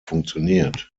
funktioniert